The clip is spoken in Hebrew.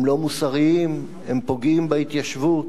הם לא מוסריים, הם פוגעים בהתיישבות,